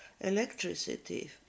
electricity